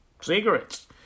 cigarettes